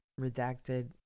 redacted